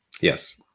Yes